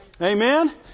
Amen